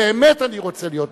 באמת אני רוצה להיות בישראל,